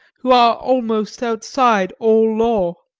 who are almost outside all law.